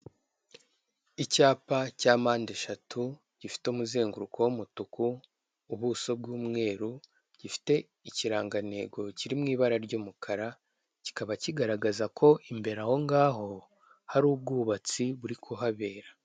Icyapa cya mpande eshatu gifite umuzenguruko w'umutuku ubuso bw'umweru gifite ikirangantego kiri mu ibara ry'umukara, kikaba kigaragaza ko imbere aho ngaho, hari ubwubatsi buri kuhabera.